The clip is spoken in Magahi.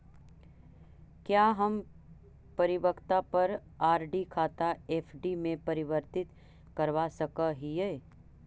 क्या हम परिपक्वता पर आर.डी खाता एफ.डी में परिवर्तित करवा सकअ हियई